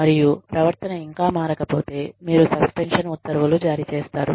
మరియు ప్రవర్తన ఇంకా మారకపోతే మీరు సస్పెన్షన్ ఉత్తర్వులు జారీ చేస్తారు